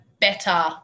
better